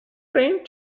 trained